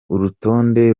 urutonde